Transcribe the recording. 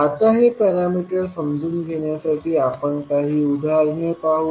आता हे पॅरामीटर्स समजून घेण्यासाठी आपण काही उदाहरणे पाहूया